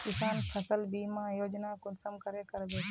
किसान फसल बीमा योजना कुंसम करे करबे?